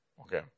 Okay